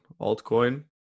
altcoin